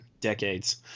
decades